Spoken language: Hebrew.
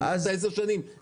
אמרת עשר שנים,